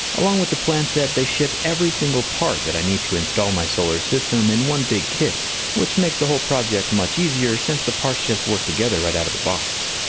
along with the plan set, they ship every single part that i need to install my solar system in one big kit, which makes the whole project much easier since the parts just work together right out of the box.